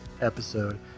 episode